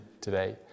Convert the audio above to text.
today